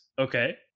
Okay